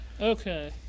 Okay